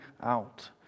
out